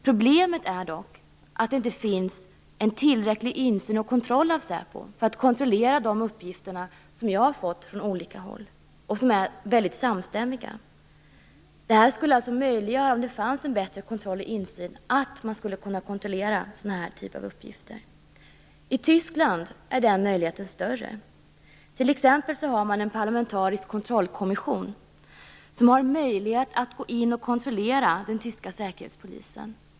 Problemet är dock att det inte finns en tillräcklig insyn och kontroll av säpo för att kunna kontrollera de uppgifter som jag har fått från olika håll och som är väldigt samstämmiga. Om det fanns en bättre kontroll och insyn, skulle det möjliggöra kontroll av den här typen av uppgifter. I Tyskland är denna möjlighet större. T.ex. har man en parlamentarisk kontrollkommission, som har möjlighet att gå in och kontrollera den tyska säkerhetspolisen.